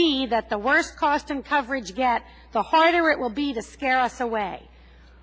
be that the worst cost in coverage get the harder it will be to scare us away